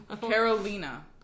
Carolina